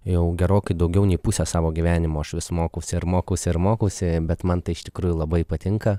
jau gerokai daugiau nei pusę savo gyvenimo aš vis mokausi ir mokausi ir mokausi bet man tai iš tikrųjų labai patinka